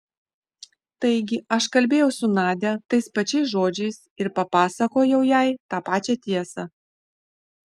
taigi aš kalbėjau su nadia tais pačiais žodžiais ir papasakojau jai tą pačią tiesą